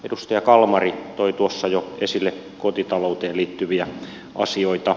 edustaja kalmari toi tuossa jo esille kotitalouteen liittyviä asioita